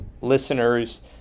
listeners